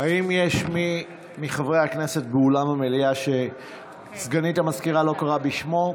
האם יש מי מחברי הכנסת באולם המליאה שסגנית המזכירה לא קראה בשמו?